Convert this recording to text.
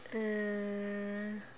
uh